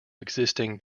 existing